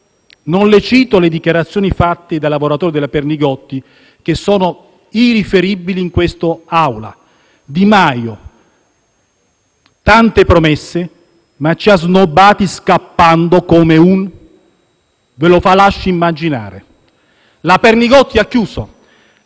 Non le cito le dichiarazioni fatte dai lavoratori della Pernigotti, che sono irriferibili in quest'Aula. «Di Maio, tante promesse, ma ci ha snobbati scappando come un (...)» e le lascio immaginare. *(Commenti della